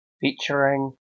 featuring